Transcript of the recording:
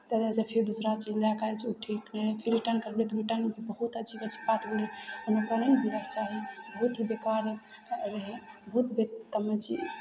तरहसँ फिर दूसरा चीज लए कऽ आयल छै ओ ठीक नहि रहै फेर रिटर्न करबै तऽ रिटर्नमे बहुत अजीब अजीब बात बोलैत रहै ओना ओकरा नहि ने बोलयके चाही बहुत ही बेकार रहै बहुत बदतमीजी